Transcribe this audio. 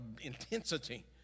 intensity